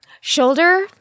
shoulder